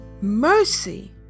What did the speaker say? mercy